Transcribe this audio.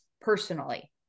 personally